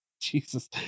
Jesus